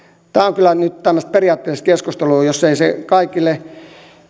kyllä nyt tämmöistä periaatteellista keskustelua jos ei se kaikille